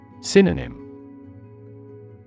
Synonym